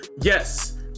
Yes